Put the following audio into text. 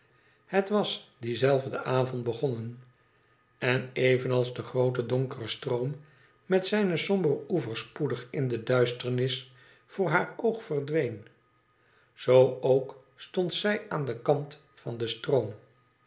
het was dien zelfden avond begonnen en evenals de groote donkere stroom met zijne sombere oevers spoedig in de duisternis voor haar oog verdween zoo ook stond zij aan den kant van den stroom